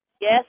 Yes